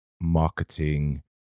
marketing